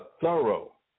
thorough